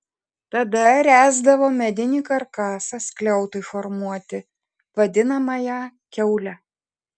tada ręsdavo medinį karkasą skliautui formuoti vadinamąją kiaulę